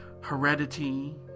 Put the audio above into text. heredity